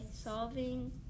solving